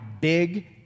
big